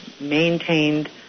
maintained